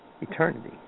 eternity